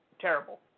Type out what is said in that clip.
terrible